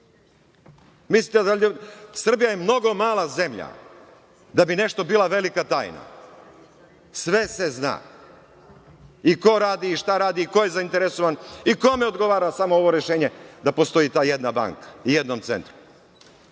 Gori odavno. Srbija je mnogo mala zemlja da bi nešto bila velika tajna. Sve se zna, i ko radi, šta radi, ko je zainteresovan i kome odgovara samo ovo rešenje da postoji ta jedna banka u jednom centru.